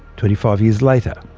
twenty five years later.